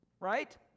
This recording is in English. right